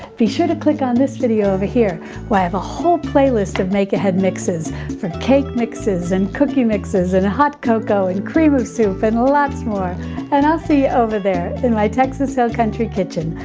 be sure to click on this video over here where i have a whole playlist of make ahead mixes for cake mixes and cookie mixes and a hot cocoa and cream of soup and lots more and i'll see you over there in my texas hill country kitchen,